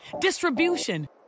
distribution